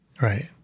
right